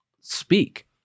speak